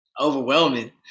overwhelming